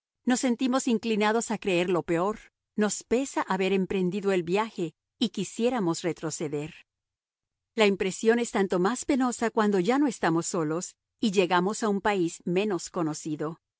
nos sentimos inclinados a creer lo peor nos pesa haber emprendido el viaje y quisiéramos retroceder la impresión es tanto más penosa cuando ya no estamos solos y llegamos a un país menos conocido